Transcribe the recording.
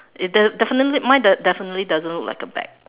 it de~ definitely mine de~ definitely doesn't look like a bag